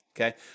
Okay